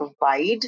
provide